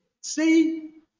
see